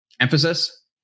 emphasis